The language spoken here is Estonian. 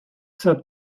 saab